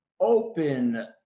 open